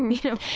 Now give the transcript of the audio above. you know?